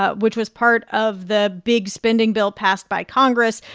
ah which was part of the big spending bill passed by congress.